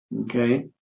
Okay